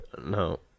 No